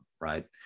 right